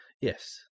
yes